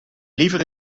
liever